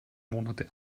monate